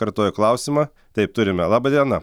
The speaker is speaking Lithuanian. kartoju klausimą taip turime laba diena